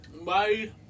Bye